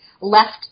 left